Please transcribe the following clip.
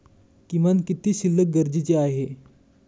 किमान किती शिल्लक गरजेची आहे?